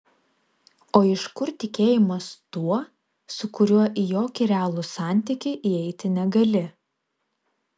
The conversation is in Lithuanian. o iš kur tikėjimas tuo su kuriuo į jokį realų santykį įeiti negali